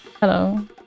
Hello